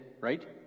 right